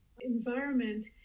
environment